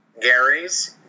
Gary's